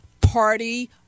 party